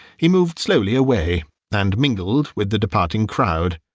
he moved slowly away and mingled with the departing crowd.